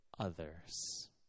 others